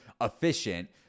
efficient